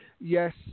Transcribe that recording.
Yes